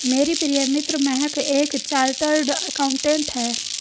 मेरी प्रिय मित्र महक एक चार्टर्ड अकाउंटेंट है